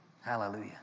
Hallelujah